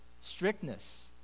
strictness